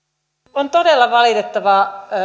on todella valitettavaa